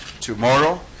tomorrow